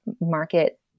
market